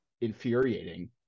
infuriating